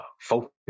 focus